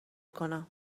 کنم